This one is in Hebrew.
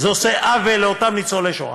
זה עושה עוול לאותם ניצולי השואה.